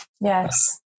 yes